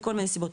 מכל מיני סיבות,